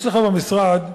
יש לך במשרד קריטריון,